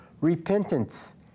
repentance